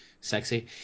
sexy